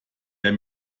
der